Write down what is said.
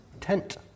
tent